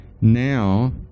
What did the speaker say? now